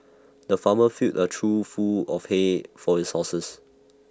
the farmer filled A trough full of hay for his horses